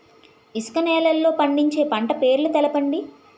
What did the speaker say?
ఇసుక నేలల్లో పండించే పంట పేర్లు తెలపండి?